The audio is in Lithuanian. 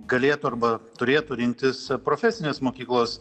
galėtų arba turėtų rinktis profesinės mokyklos